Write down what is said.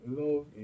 love